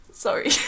Sorry